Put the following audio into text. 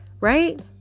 right